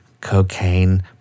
cocaine